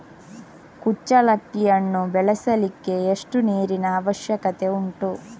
ಕುಚ್ಚಲಕ್ಕಿಯನ್ನು ಬೆಳೆಸಲಿಕ್ಕೆ ಎಷ್ಟು ನೀರಿನ ಅವಶ್ಯಕತೆ ಉಂಟು?